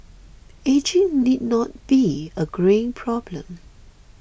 ageing need not be a greying problem